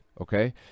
Okay